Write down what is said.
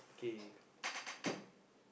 okay